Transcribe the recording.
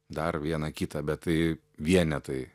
dar vieną kitą bet tai vienetai